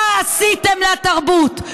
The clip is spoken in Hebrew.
מה עשיתם לתרבות?